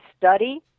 study